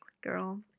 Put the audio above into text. girl